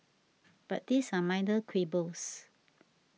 but these are minor quibbles